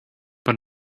but